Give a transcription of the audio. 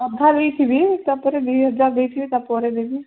ଅଧା ଦେଇଥିବି ତା'ପରେ ଦୁଇ ହଜାର ଦେଇଥିବି ତା'ପରେ ଦେବି